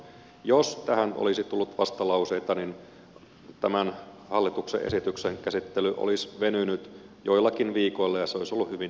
jos tähän olisi tullut vastalauseita niin tämän hallituksen esityksen käsittely olisi venynyt joillakin viikoilla sais ollut hyvin